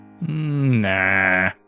Nah